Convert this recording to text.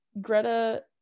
Greta